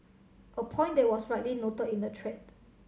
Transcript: a point that was rightly noted in the thread